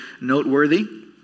noteworthy